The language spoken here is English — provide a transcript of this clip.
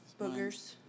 Boogers